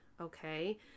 okay